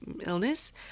illness